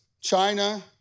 China